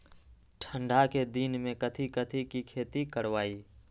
ठंडा के दिन में कथी कथी की खेती करवाई?